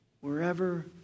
Wherever